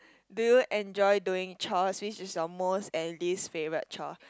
do you enjoy doing chores which is your most and least favourite chore